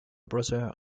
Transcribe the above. brother